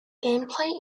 gameplay